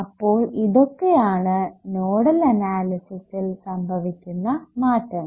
അപ്പോൾ ഇതൊക്കെയാണ് നോഡൽ അനാലിസിസിൽ സംഭവിക്കുന്ന മാറ്റങ്ങൾ